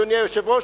אדוני היושב-ראש,